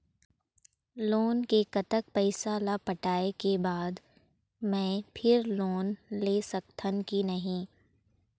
Loan के कतक पैसा ला पटाए के बाद मैं फिर लोन ले सकथन कि नहीं?